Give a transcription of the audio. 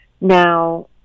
Now